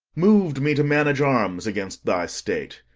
mov'd me to manage arms against thy state.